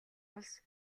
улс